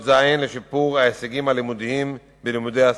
ז' לשיפור ההישגים הלימודיים בלימודי השפה,